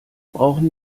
brauchen